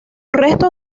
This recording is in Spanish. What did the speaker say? restos